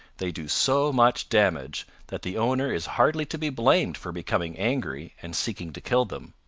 they do so much damage that the owner is hardly to be blamed for becoming angry and seeking to kill them.